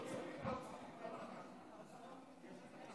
היושב-ראש,